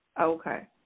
Okay